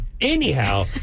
Anyhow